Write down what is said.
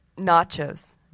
Nachos